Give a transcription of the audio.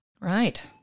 Right